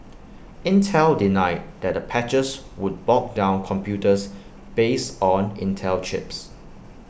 Intel denied that the patches would bog down computers based on Intel chips